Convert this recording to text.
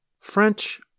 French